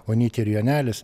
onytė ir jonelis